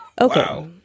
Okay